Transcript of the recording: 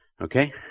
okay